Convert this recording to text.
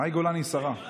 מאי גולן היא שרה.